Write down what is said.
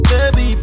Baby